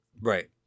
Right